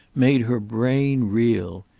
made her brain reel.